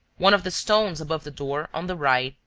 one of the stones above the door, on the right,